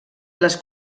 les